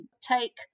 take